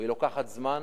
והיא לוקחת זמן,